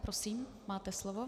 Prosím, máte slovo.